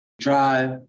drive